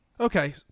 Okay